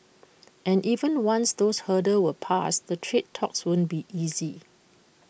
and even once those hurdles were passed the trade talks won't be easy